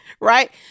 right